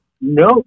No